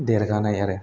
देरगानाय आरो